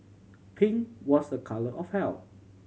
pink was a colour of health